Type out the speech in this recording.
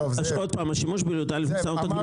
דוגמה שיש דיון ב-י"א בניסן.